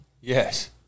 Yes